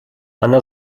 она